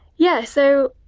yeah, so,